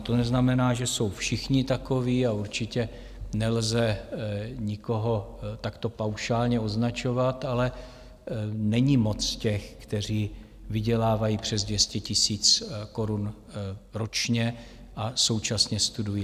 To neznamená, že jsou všichni takoví, a určitě nelze nikoho takto paušálně označovat, ale není moc těch, kteří vydělávají přes 200 000 korun ročně a současně studují.